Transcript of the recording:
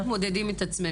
כשאת אומרת מודדים את עצמנו,